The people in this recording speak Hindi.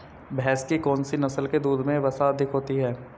भैंस की कौनसी नस्ल के दूध में वसा अधिक होती है?